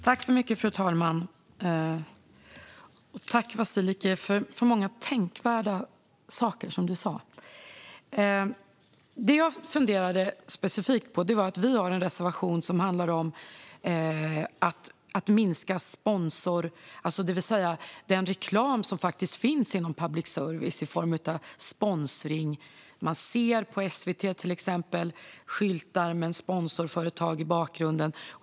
Fru talman! Tack, Vasiliki, för de många tänkvärda saker som du sa! Det jag funderade specifikt på var att vi hade en reservation som handlade om att minska den reklam som finns i public service i form av sponsring. I SVT ser man till exempel skyltar från sponsorföretag i bakgrunden.